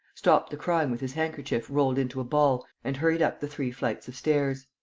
stopped the crying with his handkerchief rolled into a ball and hurried up the three flights of stairs.